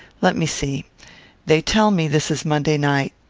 let me see they tell me this is monday night.